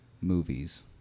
movies